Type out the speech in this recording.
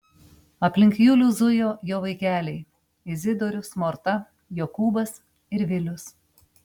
aplink julių zujo jo vaikeliai izidorius morta jokūbas ir vilius